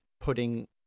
putting